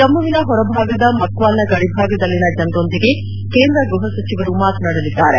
ಜಮ್ನುವಿನ ಹೊರಭಾಗದ ಮಕ್ತಾಲ್ನ ಗಡಿಭಾಗದಲ್ಲಿನ ಜನರೊಂದಿಗೆ ಕೇಂದ್ರ ಗ್ಬಹಸಚಿವರು ಮಾತನಾಡಲಿದ್ದಾರೆ